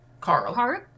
Carl